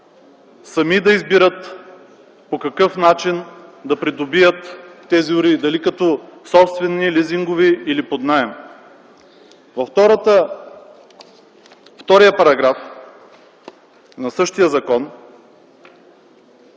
сами да избират по какъв начин да придобият тези уреди – дали като собствени, лизингови или под наем. Поводът за втория параграф на същия закон,